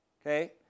Okay